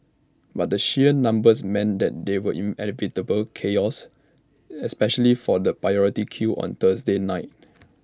but the sheer numbers meant that there was inevitable chaos especially for the priority queue on Thursday night